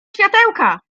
światełka